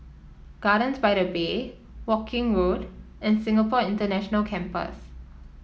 Gardens by the Bay Woking Road and Singapore International Campus